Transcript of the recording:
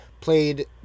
played